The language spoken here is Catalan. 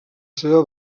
seva